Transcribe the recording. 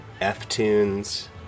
F-tunes